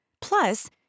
Plus